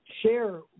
share